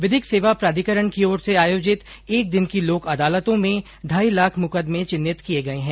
विधिक सेवा प्राधिकरण की ओर से आयोजित एक दिन की लोक अदालतो में ढाई लाख मुकदमे चिन्हित किये गये है